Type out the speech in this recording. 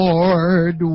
Lord